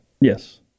Yes